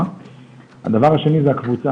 אנחנו מכינים אותה,